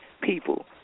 people